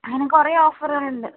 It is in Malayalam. അങ്ങനെ കുറേ ഓഫറുകൾ ഉണ്ട്